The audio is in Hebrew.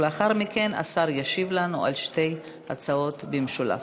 לאחר מכן השר ישיב לנו על שתי ההצעות במשולב.